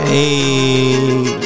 Hey